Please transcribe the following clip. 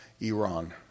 Iran